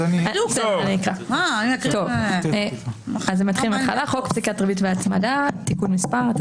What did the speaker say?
"חוק פסיקת ריבית והצמדה (תיקון מס'...),